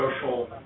social